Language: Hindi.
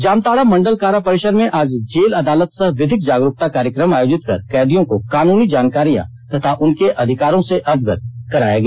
जामताड़ा मंडल कारा परिसर में आज जेल अदालत सह विधिक जागरूकता कार्यक्रम आयोजित कर कैदियों को कानूनी जानकारियां तथा उनके अधिकारों से अवगत कराया गया